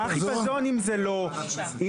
מה החיפזון אם זה לא פרסונלי.